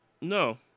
no